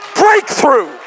Breakthrough